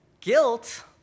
guilt